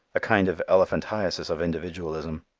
a kind of elephantiasis of individualism.